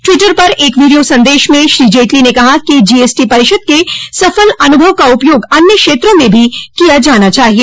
Twitter पर एक वीडियो संदेश में श्री जेटली ने कहा कि जीएसटी परिषद के सफल अनुभव का उपयोग अन्य क्षेत्रों में भी किया जाना चाहिए